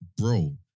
bro